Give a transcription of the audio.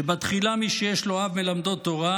"שבתחילה מי שיש לו אב מלמדו תורה,